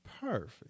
Perfect